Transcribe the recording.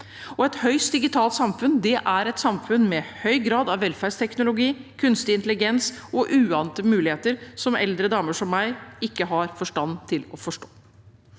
Et høyst digitalt samfunn er et samfunn med høy grad av velferdsteknologi, kunstig intelligens og uante muligheter eldre damer som meg ikke har forstand til å forstå.